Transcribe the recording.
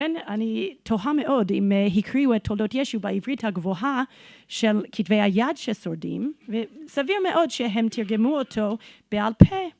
כן אני תוהה מאוד אם הקריאו את תולדות ישו בעברית הגבוהה של כתבי היד ששורדים וסביר מאוד שהם תרגמו אותו בעל פה